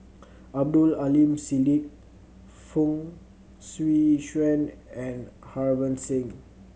Abdul Aleem Siddique Fong Swee Suan and Harbans Singh